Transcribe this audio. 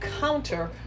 counter